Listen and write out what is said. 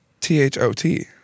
T-H-O-T